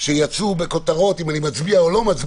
שיצאו בכותרות אם אני מצביע או לא,